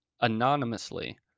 anonymously